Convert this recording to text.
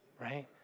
right